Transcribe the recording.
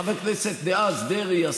חבר הכנסת דאז דרעי,